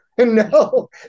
No